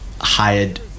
hired